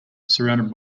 surrounded